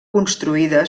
construïda